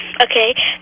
Okay